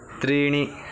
त्रीणि